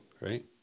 right